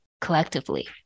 collectively